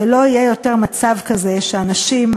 ולא יהיה יותר מצב כזה שאנשים,